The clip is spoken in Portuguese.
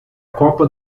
copa